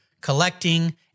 collecting